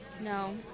No